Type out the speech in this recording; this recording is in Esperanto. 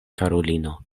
karulino